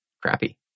crappy